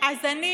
אז אני